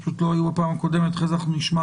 שלא היו פה בפעם הקודמת ואחרי זה נשמע